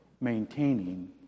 maintaining